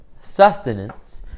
Sustenance